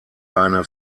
eine